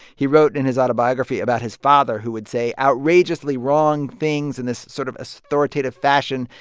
he wrote in his autobiography about his father, who would say outrageously wrong things in this sort of authoritative fashion.